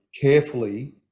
carefully